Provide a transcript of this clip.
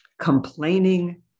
complaining